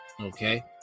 Okay